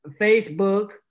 Facebook